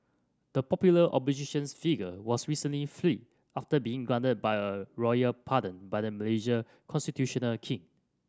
the popular oppositions figure was recently freed after being granted by a royal pardon by the Malaysia constitutional king